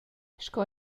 sco